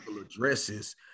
addresses